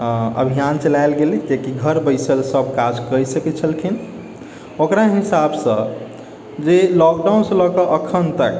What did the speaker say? अभियान चलाओल गेलै जेकि घर बैसल सब काज करि सकै छलखिन ओकरा हिसाबसँ जे लॉकडाउनसँ लऽ कऽ एखन तक